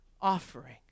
offering